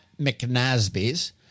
McNasby's